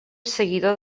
seguidor